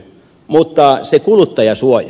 mutta se kuluttajansuoja